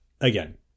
Again